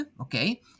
okay